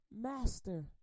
master